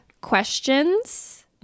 questions